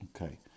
Okay